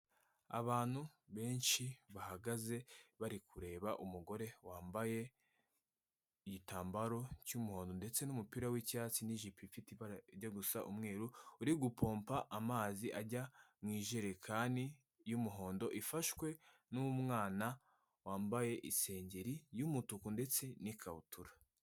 Abantu benshi bahagaze bari kureba umugore wambaye igitambaro cy'umuhondo ndetse n'umupira w'icyatsi n'ijipo ifite ibara rijya gusa umweru, uri gupompa amazi ajya mu ijerekani y'umuhondo. Ifashwe n'umwana wambaye isengeri y'umutuku ndetse n'ikabutura.